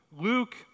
Luke